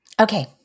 Okay